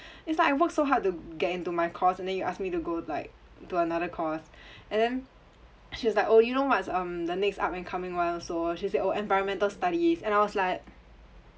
it's like I work so hard to get into my course and then you ask me to go like to another course and then she's like oh you know what's um the next up and coming one also she said oh environmental studies and I was like